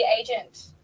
agent